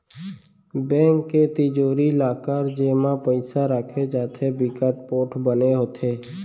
bank के तिजोरी, locker जेमा पइसा राखे जाथे बिकट पोठ बने होथे